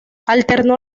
alternó